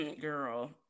girl